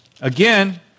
Again